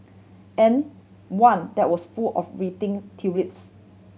and one that was full of wilting tulips